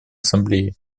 ассамблеи